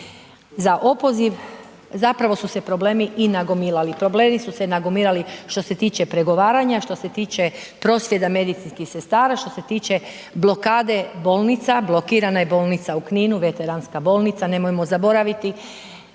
za opoziv, zapravo su se problemi i nagomilali, problemi su se nagomilali što se tiče pregovaranja, što se tiče prosvjeda medicinskih sestara, što se tiče blokade bolnica, blokirana je bolnica u Kninu, veteranska bolnica, nemojmo zaboraviti,